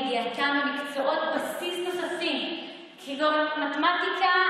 ידיעתם במקצועות בסיס נוספים כגון מתמטיקה,